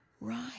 Right